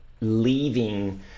leaving